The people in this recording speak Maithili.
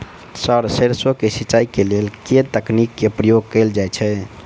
सर सैरसो केँ सिचाई केँ लेल केँ तकनीक केँ प्रयोग कैल जाएँ छैय?